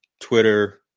twitter